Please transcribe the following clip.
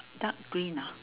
dark green ah